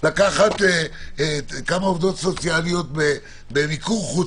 לקחת כמה עובדות סוציאליות במיקור חוץ,